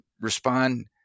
respond